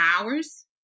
hours